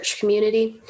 community